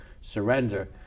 surrender